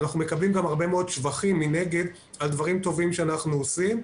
אנחנו מקבלים גם הרבה מאוד שבחים מנגד על דברים טובים שאנחנו עושים,